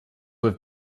have